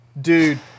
Dude